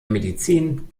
medizin